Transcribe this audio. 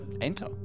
enter